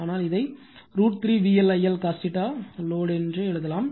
ஆனால் இதை √ 3 VL I L cos load என எழுதலாம்